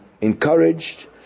encouraged